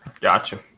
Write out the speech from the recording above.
Gotcha